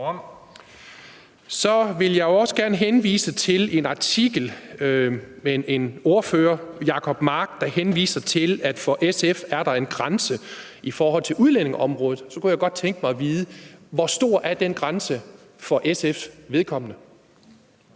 Så vil jeg også gerne henvise til en artikel, hvor en ordfører, hr. Jacob Mark, henviser til, at for SF er der en grænse i forhold til udlændingeområdet, og så kunne jeg godt tænke mig at vide: Hvor er den grænse for SF's vedkommende?